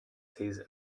season